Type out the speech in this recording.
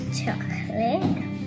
chocolate